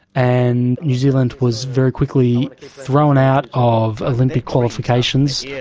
and new zealand was very quickly thrown out of olympic qualifications, yeah